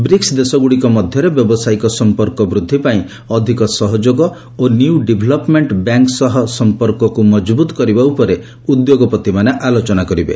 BRICS ଦେଶଗୁଡ଼ିକ ମଧ୍ୟରେ ବ୍ୟବସାୟିକ ସଂପର୍କ ବୃଦ୍ଧି ପାଇଁ ଅଧିକ ସହଯୋଗ ଓ ନିଉ ଡେଭଲପମେଣ୍ଟ ବ୍ୟାଙ୍କ ସହ ସଂପର୍କକୁ ମଜବୁତ କରିବା ଉପରେ ଉଦ୍ୟୋଗପତିମାନେ ଆଲୋଚନା କରିବେ